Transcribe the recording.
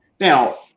now